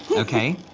yeah okay.